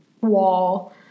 wall